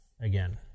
again